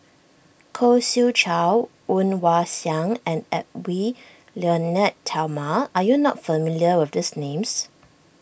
Khoo Swee Chiow Woon Wah Siang and Edwy Lyonet Talma are you not familiar with these names